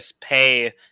pay